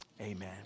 Amen